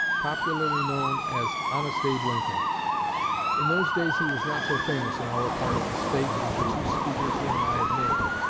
popularly known as honest abe lincoln in those days he was not so famous in our part of the state as the two speakers whom i have named.